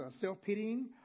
self-pitying